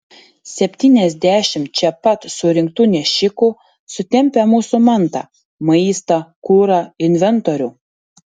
septyniasdešimt čia pat surinktų nešikų sutempia mūsų mantą maistą kurą inventorių